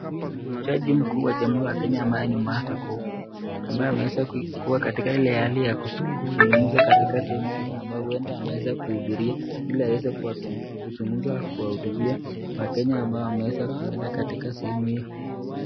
Huyu ni jaji mkuu wa Jamuhuri ya Kenya ambaye ni Martha Koome ambaye ameweza kuwa katika ile hali ya kuzugumza katika sehemu hii ambayo hueda ameweza kuhudhuria ili aweze kuzungunza kuwahutubia wakenya ambao wameweza kueda katika sehemu hiyo.